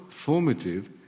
formative